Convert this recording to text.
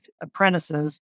apprentices